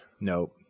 nope